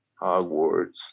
Hogwarts